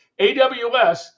AWS